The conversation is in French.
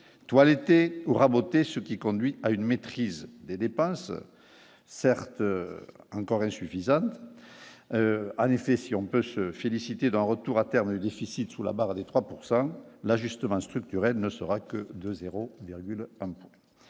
toiletter aura voté ce qui conduit à une maîtrise des dépenses, certes encore insuffisant, en effet, si on peut se féliciter d'un retour à terme déficit sous la barre des 3 pourcent l'ajustement structurel ne sera que de 0